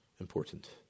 important